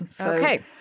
Okay